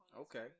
Okay